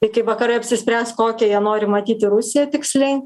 iki vakarai apsispręs kokią jie nori matyti rusiją tiksliai